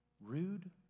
rude